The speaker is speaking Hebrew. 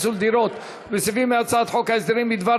פיצול דירות) ובסעיפים מהצעת חוק ההסדרים בדבר